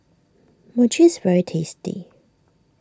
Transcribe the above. Mochi is very tasty